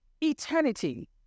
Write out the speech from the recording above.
eternity